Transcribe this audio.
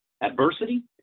Adversity